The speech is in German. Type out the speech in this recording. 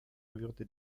würde